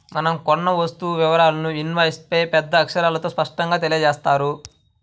మనం కొన్న వస్తువు వివరాలను ఇన్వాయిస్పై పెద్ద అక్షరాలతో స్పష్టంగా తెలియజేత్తారు